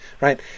right